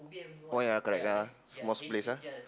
oh ya correct ah small place ah